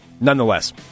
nonetheless